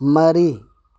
ꯃꯔꯤ